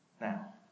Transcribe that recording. now